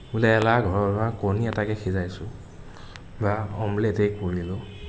বোলে এৰা ঘৰৰ ল'ৰা কণী এটাকে সিজাইছোঁ বা অমলেটেই কৰিব